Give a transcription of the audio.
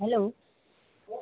hello